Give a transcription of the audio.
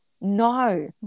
No